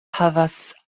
havas